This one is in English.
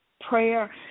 prayer